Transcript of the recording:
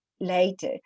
later